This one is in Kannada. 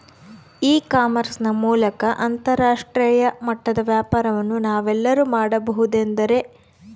ಇ ಕಾಮರ್ಸ್ ನ ಮೂಲಕ ಅಂತರಾಷ್ಟ್ರೇಯ ಮಟ್ಟದ ವ್ಯಾಪಾರವನ್ನು ನಾವೆಲ್ಲರೂ ಮಾಡುವುದೆಂದರೆ?